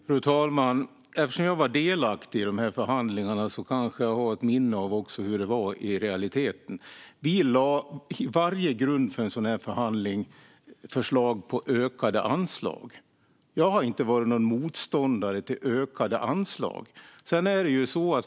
Fru talman! Eftersom jag var delaktig i dessa förhandlingarna kanske jag har ett minne av hur det var i realiteten. Vi lade fram förslag på ökade anslag som grund för varje sådan här förhandling. Jag har inte varit någon motståndare till ökade anslag.